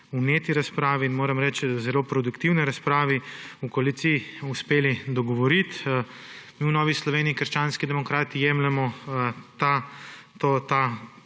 vneti razpravi in, moram reči, zelo produktivni razpravi v koaliciji uspeli dogovoriti. Mi v Novi Sloveniji – krščanskih demokratih jemljemo to